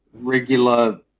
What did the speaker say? regular